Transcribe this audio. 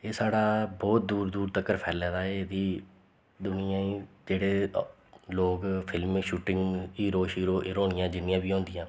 एह् साढ़ा बोह्त दूर दूर तगर फैले दा ऐ एह्दी दुनियां जेह्ड़े लोग फिल्में गी शूटिंग हीरो शीरो हीरोइन जिन्नियां बी होंदियां